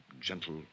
gentle